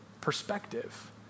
perspective